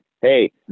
Hey